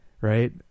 right